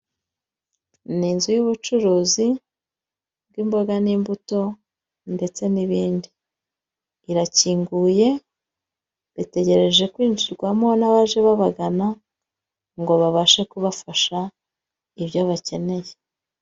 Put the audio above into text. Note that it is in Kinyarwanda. Ni inzu y'ubucuruzi, bw'imboga n'imbuto ndetse n'ibindi. Irakinguye, itegereje kwinjirwamo nabaje babagana ngo babashe kubafasha, ibyo bakeneye.